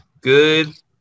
good